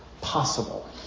possible